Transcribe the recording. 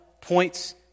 points